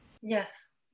Yes